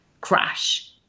crash